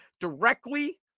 directly